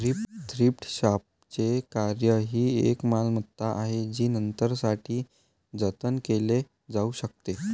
thrift शॉपचे कार्य ही एक मालमत्ता आहे जी नंतरसाठी जतन केली जाऊ शकते